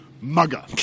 mugger